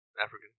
African